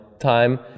time